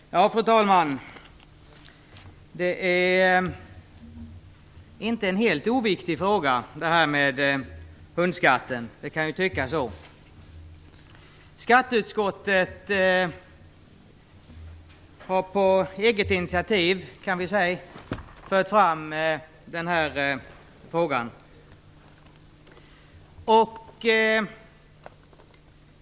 Fru talman! Frågan om hundskatten är inte helt oviktig, även om det kan tyckas vara så. Skatteutskottet har, kan man säga, på eget initiativ fört fram den här frågan.